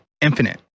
infinite